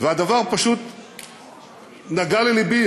והדבר פשוט נגע ללבי.